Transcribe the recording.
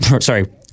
sorry